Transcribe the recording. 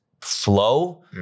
flow